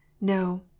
No